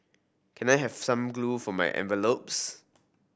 can I have some glue for my envelopes